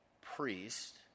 priest